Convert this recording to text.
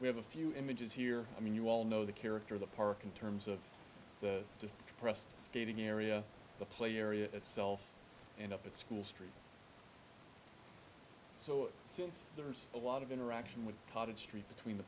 we have a few images here i mean you all know the character of the park in terms of the depressed skating area the play area itself and up at school street so there's a lot of interaction with cottage street between the